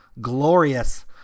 glorious